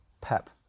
Pep